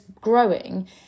growing